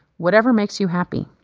whatever makes you happy.